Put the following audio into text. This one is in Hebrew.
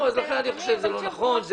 לכן אני חושב שזה לא נכון.